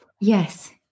Yes